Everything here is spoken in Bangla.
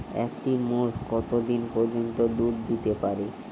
একটি মোষ কত দিন পর্যন্ত দুধ দিতে পারে?